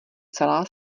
celá